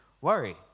worry